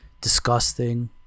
disgusting